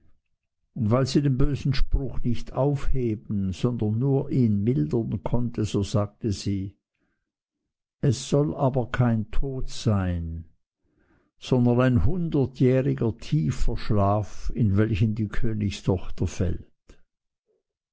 weil sie den bösen spruch nicht aufheben sondern nur ihn mildern konnte so sagte sie es soll aber kein tod sein sondern ein hundertjähriger tiefer schlaf in welchen die königstochter fällt